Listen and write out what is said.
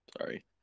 Sorry